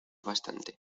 bastante